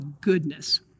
goodness